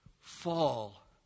fall